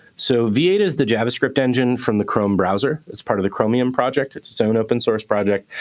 so v eight is the javascript engine from the chrome browser. it's part of the chromium project. it's its own open source project.